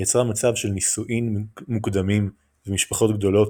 יצרה מצב של נישואין מוקדמים ומשפחות גדולות,